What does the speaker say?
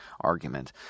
argument